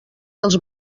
dels